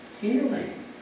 healing